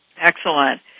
Excellent